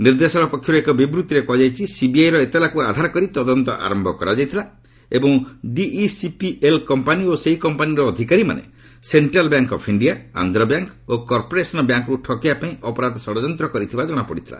ନିର୍ଦ୍ଦେଶାଳୟ ପକ୍ଷରୁ ଏକ ବିବୃତ୍ତିରେ କୁହାଯାଇଛି ସିବିଆଇର ଏତଲାକୁ ଆଧାର କରି ତଦନ୍ତ ଆରମ୍ଭ କରାଯାଇଥିଲା ଏବଂ ଡିଇସିପିଏଲ୍ କମ୍ପାନୀ ଓ ସେହି କମ୍ପାନୀର ଅଧିକାରୀମାନେ central bank of India Andhra bank ଓ କପ୍ରୋରେସନ୍ ବ୍ୟାଙ୍କ୍ରୁ ଠକିବା ପାଇଁ ଅପରାଧ ଷଡ଼ଯନ୍ତ କରିଥିବା ଜଣାପଡ଼ିଥିଲା